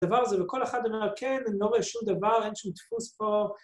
‫הדבר הזה, וכל אחד אומר, ‫כן, אני לא רואה שום דבר, ‫אין שום דפוס פה.